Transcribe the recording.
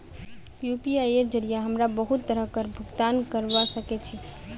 यूपीआईर जरिये हमरा बहुत तरहर भुगतान करवा सके छी